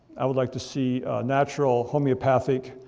i would like to see natural homeopathic